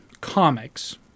comics